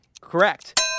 Correct